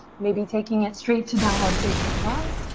maybe taking it straight to downward facing dog.